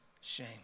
shame